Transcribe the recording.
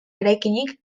eraikinik